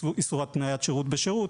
איסור התניית שירות בשירות,